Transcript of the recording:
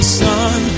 sun